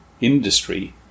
industry